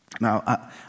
Now